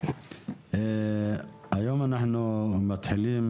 היום אנחנו מתחילים,